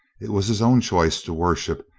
it was his own choice to worship,